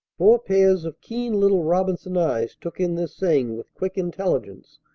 four pairs of keen little robinson eyes took in this saying with quick intelligence,